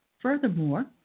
Furthermore